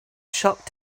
siop